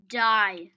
die